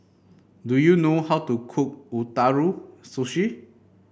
do you know how to cook Ootoro Sushi